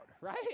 right